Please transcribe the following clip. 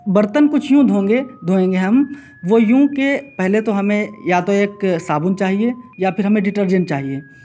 برتن کچھ یوں دھونگے دھوئیں گے ہم وہ یوں کہ پہلے تو ہمیں یا تو ایک صابن چاہیے یا پھر ہمیں ڈٹرجن چاہیے